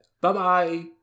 Bye-bye